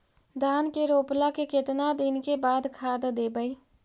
धान के रोपला के केतना दिन के बाद खाद देबै?